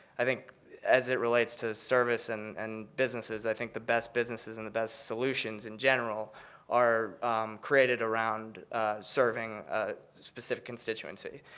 i think as it relates to service and and businesses, i think the best businesses and the best solutions in general are created around serving specific constituency.